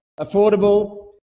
affordable